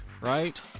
right